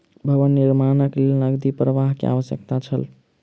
भवन निर्माणक लेल नकदी प्रवाह के आवश्यकता छल